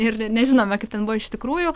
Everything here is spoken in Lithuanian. ir nežinome kaip ten buvo iš tikrųjų